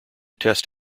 test